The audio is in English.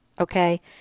okay